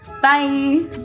Bye